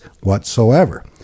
whatsoever